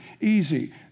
Easy